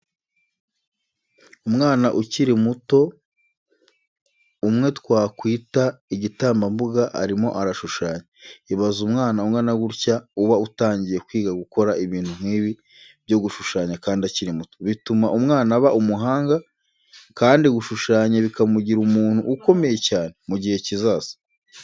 Umwana ukiri muto umwe twakwita igitambambuga arimo arashushanya. Ibaze umwana ungana gutya uba utangiye kwiga gukora ibintu nk'ibi byo gushushanya kandi akiri muto. Bituma umwana aba umuhanga kandi gushushanya bikamugira umuntu ukomeye cyane mu gihe kizaza.